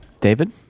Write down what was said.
David